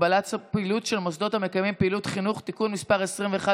(הגבלת פעילות של מוסדות המקיימים פעילות חינוך) (תיקון מס' 20),